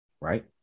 Right